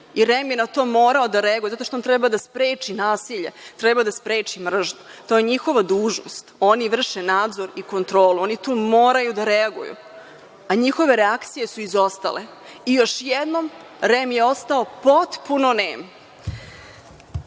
i REM je na to morao da reaguje, zato što je trebao da spreči nasilje. Trebao je da spreči mržnju. To je njihova dužnost. Oni vrše nadzor i kontrolu, tu moraju da reaguju, a njihove reakcije su izostale. Još jednom REM je ostao potpuno nem. Mi